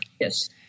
yes